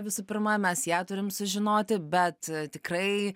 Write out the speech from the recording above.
visų pirma mes ją turim sužinoti bet tikrai